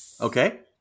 Okay